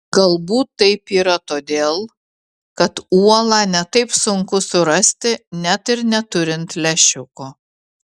galbūt taip yra todėl kad uolą ne taip sunku surasti net ir neturint lęšiuko